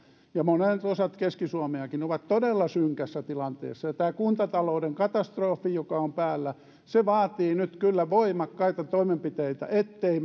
ja monet osat keski suomeakin ovat todella synkässä tilanteessa tämä kuntatalouden katastrofi joka on päällä vaatii nyt kyllä voimakkaita toimenpiteitä ettei